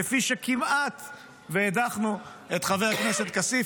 כפי שכמעט הדחנו את חבר הכנסת כסיף,